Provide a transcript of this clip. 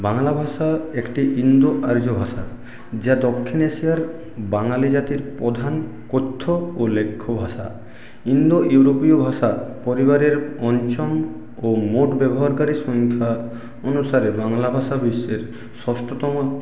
বাংলা ভাষা একটি ইন্দো আর্য ভাষা যা দক্ষিণ এশিয়ার বাঙালি জাতির প্রধান কথ্য ও লেখ্য ভাষা ইন্দো ইউরোপীয় ভাষা পরিবারের পঞ্চম ও মোট ব্যবহারকারীর সংখ্যা অনুসারে বাংলাভাষা বিশ্বের ষষ্ঠতম